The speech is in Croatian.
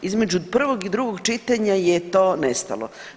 Između prvog i drugog čitanja je to nestalo.